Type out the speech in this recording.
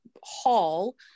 hall